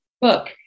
book